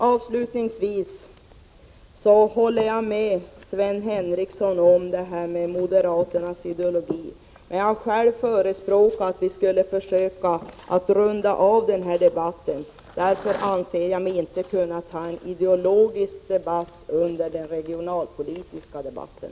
Avslutningsvis håller jag med Sven Henricsson om detta med moderaternas ideologi. Men jag har själv förespråkat att vi skulle försöka runda av den här debatten, och därför anser jag mig inte kunna ta en ideologisk debatt under den regionalpolitiska debatten.